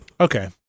Okay